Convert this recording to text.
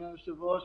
אדוני היושב-ראש,